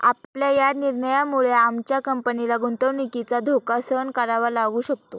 आपल्या या निर्णयामुळे आमच्या कंपनीला गुंतवणुकीचा धोका सहन करावा लागू शकतो